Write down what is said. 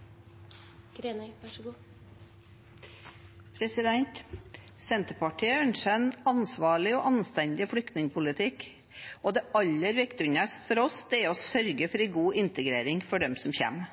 å sørge for en god integrering for dem som kommer.